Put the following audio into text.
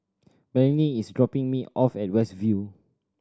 Melonie is dropping me off at West View